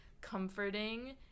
comforting